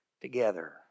together